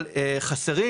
אבל חסרים,